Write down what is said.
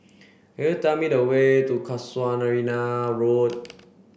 could you tell me the way to Road